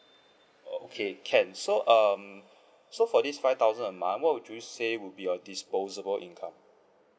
okay can so um so for this five thousand a month what would you say would be your disposable income